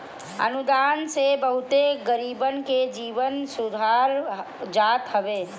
अनुदान से बहुते गरीबन के जीवन सुधार जात हवे